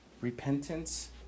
repentance